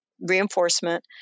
reinforcement